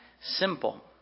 simple